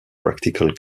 practical